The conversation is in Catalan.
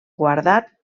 guardat